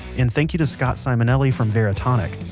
and thank you to scott simonelli from veritonic.